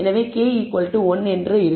எனவே degrees of freedom p ஆக இருக்கும்